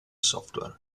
software